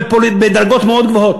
בדרגות מאוד גבוהות.